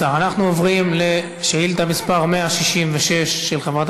אנחנו עוברים לשאילתה מס' 166 של חברת